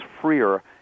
freer